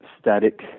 static